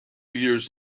years